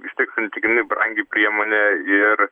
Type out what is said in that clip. vis tiek santykinai brangi priemonė ir